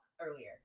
earlier